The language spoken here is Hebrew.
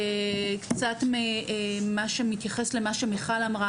קצת ממה שמתייחס למה שמיכל אמרה,